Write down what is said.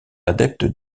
adepte